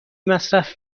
مصرف